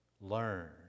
Learn